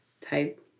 type